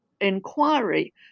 inquiry